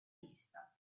vista